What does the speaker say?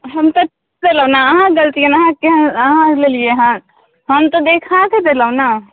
हम तऽ ठीक देलहुँ ने अहाँके गलती अइ ने अहाँ केहन अहाँ लेलियै हँ हम तऽ देखाके देलहुँ ने